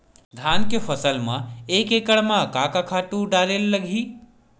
धान के फसल म एक एकड़ म का का खातु डारेल लगही?